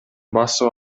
басып